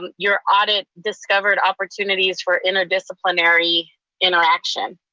um your audit discovered opportunities for interdisciplinary interaction.